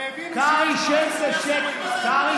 והבינו, קרעי, שב בשקט.